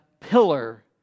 pillar